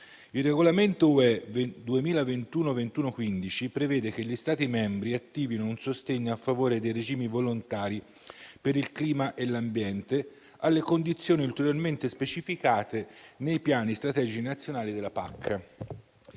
Il regolamento UE 2021/2115 prevede che gli Stati membri attivino un sostegno a favore dei regimi volontari per il clima e l'ambiente, alle condizioni ulteriormente specificate nei Piani strategici nazionali della